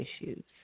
issues